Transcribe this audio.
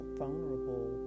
vulnerable